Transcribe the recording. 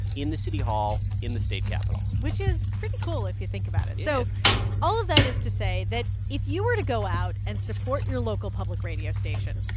in the city hall, in the state capitol which is pretty cool, if you think about it it is so all of that is to say that if you were to go out and support your local public radio station,